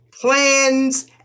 plans